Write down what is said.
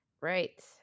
Right